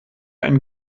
ein